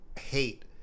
hate